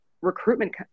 recruitment